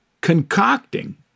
concocting